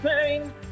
pain